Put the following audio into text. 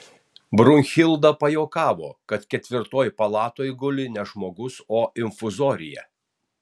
brunhilda pajuokavo kad ketvirtoj palatoj guli ne žmogus o infuzorija